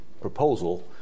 proposal